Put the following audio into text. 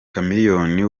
chameleone